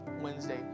Wednesday